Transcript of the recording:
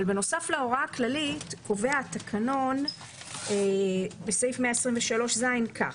אבל בנוסף להוראה הכללית קובע התקנון בסעיף 123(ז) כך: